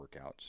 workouts